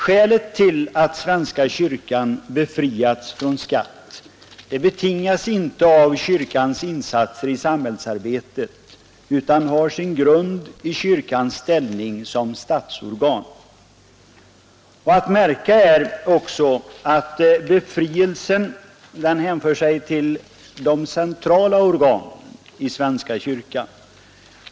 Det förhållandet att svenska kyrkan befriats från skatt betingas inte av kyrkans insatser i samhillsarbetet utan har sin grund i kyrkans ställning som statsorgan. Att märka är också att befrielsen hänför sig till de centrala organen i svenska kyrkan.